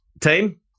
team